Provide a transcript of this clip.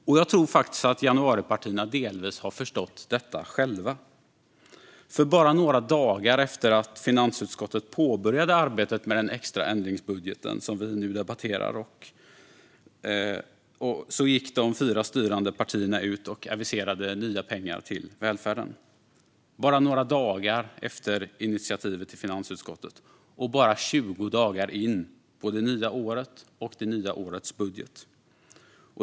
Och jag tror faktiskt att januaripartierna delvis har förstått detta själva, för bara några dagar efter att finansutskottet påbörjade arbetet med den extra ändringsbudgeten som vi nu debatterar gick de fyra styrande partierna ut och aviserade nya pengar till välfärden - bara några dagar efter initiativet i finansutskottet och bara tjugo dagar in på det nya året och det nya årets budget.